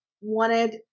wanted